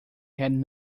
had